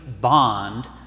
bond